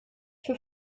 für